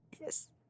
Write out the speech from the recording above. Yes